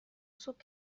صبح